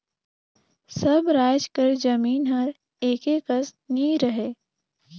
सब राएज कर जमीन हर एके कस नी रहें